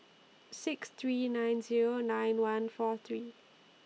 six three nine Zero nine one four three